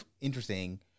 interesting